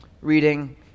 reading